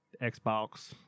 Xbox